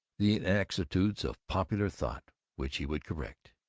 the inexactitudes of popular thought which he would correct.